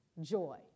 Joy